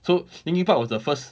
so linkin park was the first